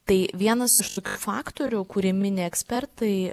tai vienas iš faktorių kurį mini ekspertai